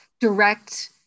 direct